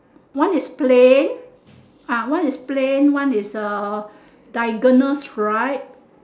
one is plain ah one is plain one is uh diagonal stripe